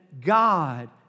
God